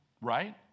Right